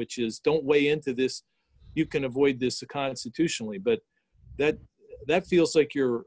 which is don't weigh in to this you can avoid this a constitutionally but that that feels like you're